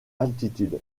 altitude